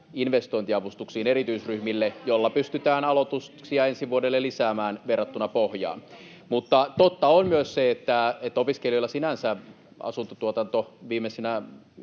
investointiavustuksiin erityisryhmille, jolla pystytään aloituksia ensi vuodelle lisäämään verrattuna pohjaan. Totta on myös se, että opiskelijoilla sinänsä asuntotuotanto viimeisinä